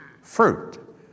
fruit